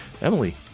Emily